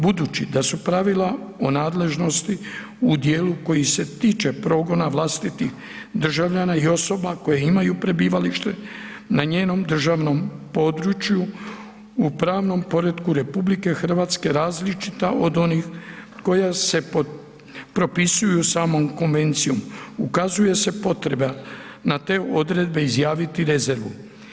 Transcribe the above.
Budući da su pravila o nadležnosti u djelu koji se tiče progona vlastitih državljana i osoba koje imaju prebivalište na njenom državnom području u pravnom poretku RH različita od onih koja se propisuju samom konvencijom, ukazuje se potreba na te odredbe izjaviti rezervu.